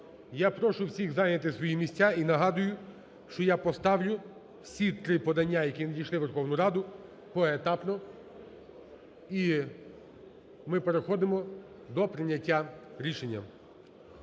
Я прошу всіх зайняти свої місця і нагадую, що я поставлю всі три подання, які надійшли у Верховну Раду, поетапно. І ми переходимо до прийняття рішення.